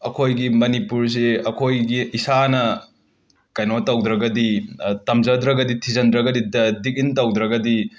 ꯑꯩꯈꯣꯏꯒꯤ ꯃꯅꯤꯄꯨꯔꯁꯤ ꯑꯩꯈꯣꯏꯒꯤ ꯏꯁꯥꯅ ꯀꯩꯅꯣ ꯇꯧꯗ꯭ꯔꯒꯗꯤ ꯇꯝꯖꯗ꯭ꯔꯒꯗꯤ ꯊꯤꯖꯤꯟꯗ꯭ꯔꯒꯗꯤ ꯗ ꯗꯤꯛ ꯏꯟ ꯇꯧꯗ꯭ꯔꯒꯗꯤ